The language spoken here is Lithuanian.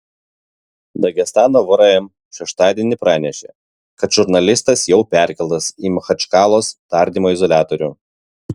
dagestano vrm šeštadienį pranešė kad žurnalistas jau perkeltas į machačkalos tardymo izoliatorių